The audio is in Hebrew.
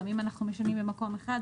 גם אם אנחנו משנים במקום אחד,